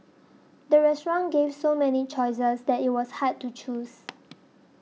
the restaurant gave so many choices that it was hard to choose